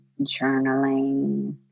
journaling